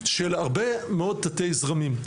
של הרבה מאוד תתי זרמים.